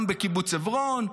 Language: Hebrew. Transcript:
גם בקיבוץ עברון,